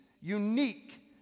unique